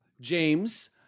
James